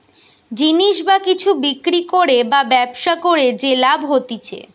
জিনিস বা কিছু বিক্রি করে বা ব্যবসা করে যে লাভ হতিছে